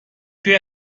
توی